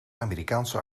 amerikaanse